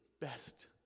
best